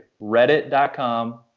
Reddit.com